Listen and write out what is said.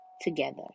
together